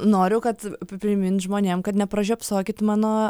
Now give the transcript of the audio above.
noriu kad primint žmonėm kad nepražiopsokit mano